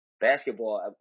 basketball